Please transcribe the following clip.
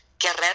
Guerrero